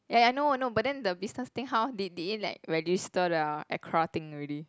ya ya I know I know but then the business thing how did did it like register the Acra thing already